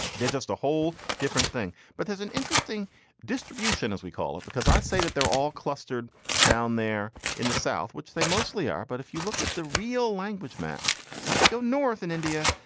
they're just a whole different thing. but there's an interesting distribution, as we call it, because i say that they're all clustered down there in the south, which they mostly are. but if you look at the real language map as you go north in india,